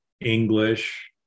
English